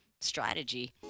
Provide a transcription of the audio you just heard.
strategy